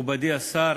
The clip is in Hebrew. מכובדי השר,